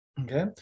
Okay